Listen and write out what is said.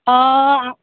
অ'